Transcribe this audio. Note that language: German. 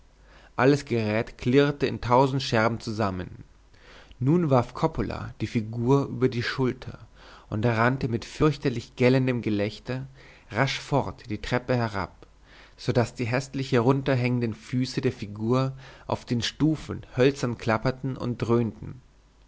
alles gerät klirrte in tausend scherben zusammen nun warf coppola die figur über die schulter und rannte mit fürchterlich gellendem gelächter rasch fort die treppe herab so daß die häßlich herunterhängenden füße der figur auf den stufen hölzern klapperten und dröhnten